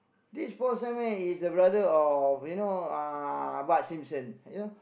this Paul-Simon is brother of you know uh Bart-Simpson you know